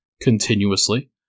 continuously